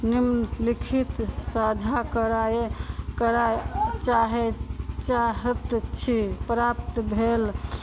निम्नलिखित साझा कराय करय चाहय चाहैत छी प्राप्त भेल